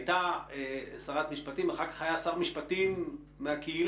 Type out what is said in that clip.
הייתה גם שרת משפטים ואחר-כך היה שר משפטים מהקהילה